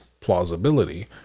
plausibility